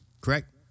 Correct